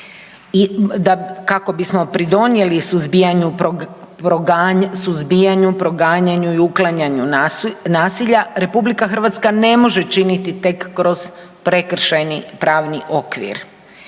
kako bismo pridonijeli suzbijanju, proganjanju i uklanjanju nasilja RH ne može činiti tek kroz prekršajni pravni okvir,